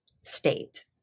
state